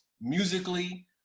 musically